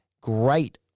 great